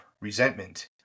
resentment